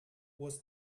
was